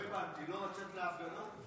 לא הבנתי, לא לצאת להפגנות?